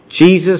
Jesus